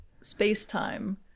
space-time